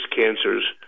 cancers